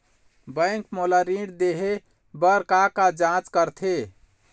Bank मोला ऋण देहे बार का का जांच करथे?